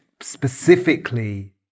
specifically